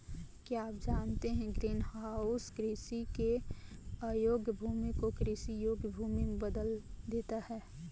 क्या आप जानते है ग्रीनहाउस कृषि के अयोग्य भूमि को कृषि योग्य भूमि में बदल देता है?